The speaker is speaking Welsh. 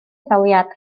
etholiad